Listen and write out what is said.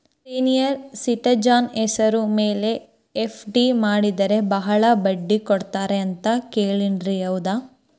Senior citizen ಹೆಸರ ಮೇಲೆ FD ಮಾಡಿದರೆ ಬಹಳ ಬಡ್ಡಿ ಕೊಡ್ತಾರೆ ಅಂತಾ ಕೇಳಿನಿ ಹೌದಾ?